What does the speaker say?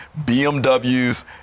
BMWs